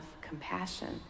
compassion